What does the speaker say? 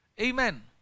Amen